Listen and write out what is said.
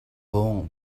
бөөн